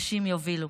נשים יובילו.